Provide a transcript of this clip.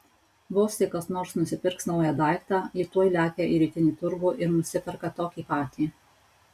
vos tik kas nors nusipirks naują daiktą ji tuoj lekia į rytinį turgų ir nusiperka tokį patį